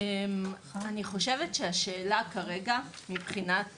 אני חושבת שהשאלה כרגע מבחינת עולים,